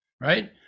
right